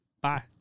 Bye